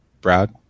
Brad